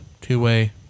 two-way